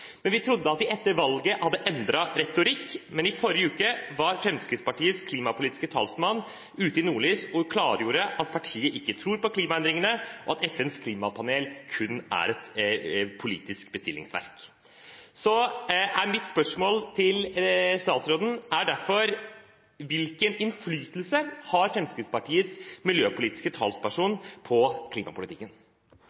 Vi trodde at de etter valget hadde endret retorikk, men i forrige uke var Fremskrittspartiets klimapolitiske talsmann ute i Nordlys og klargjorde at partiet ikke tror på klimaendringene, og at FNs klimapanel kun er et politisk bestillingsverk. Så mitt spørsmål til statsråden er derfor: Hvilken innflytelse har Fremskrittspartiets miljøpolitiske talsperson